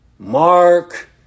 Mark